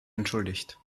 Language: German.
entschuldigt